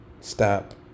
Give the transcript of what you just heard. Stop